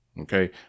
okay